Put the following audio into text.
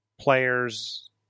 players